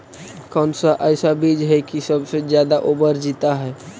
कौन सा ऐसा बीज है की सबसे ज्यादा ओवर जीता है?